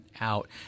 out